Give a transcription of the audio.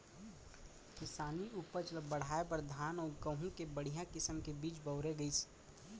किसानी उपज ल बढ़ाए बर धान अउ गहूँ के बड़िहा किसम के बीज बउरे गइस